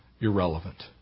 irrelevant